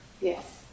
Yes